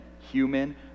human